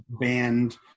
band